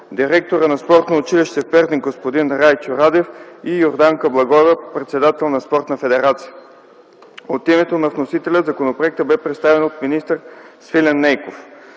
директорът на Спортното училище в Перник господин Райчо Радев и Йорданка Благоева – председател на спортна федерация. От името на вносителя законопроектът бе представен от министър Свилен Нейков: